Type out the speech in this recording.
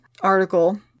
article